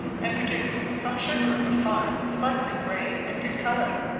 and produced some sugar of a fine sparkling grain and good colour.